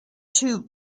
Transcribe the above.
two